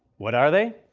what are they?